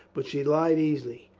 but she lied easily.